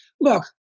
Look